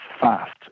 fast